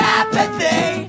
apathy